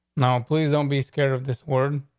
now, please don't be scared of this word.